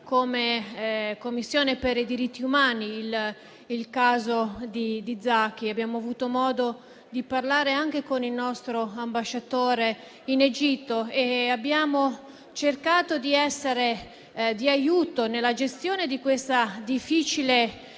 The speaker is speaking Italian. come Commissione per i diritti umani, il caso di Patrick Zaki; abbiamo avuto modo di parlare anche con il nostro ambasciatore in Egitto e abbiamo cercato di essere di aiuto nella gestione di questa difficile vicenda,